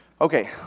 Okay